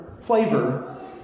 flavor